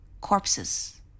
corpses